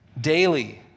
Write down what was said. Daily